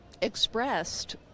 expressed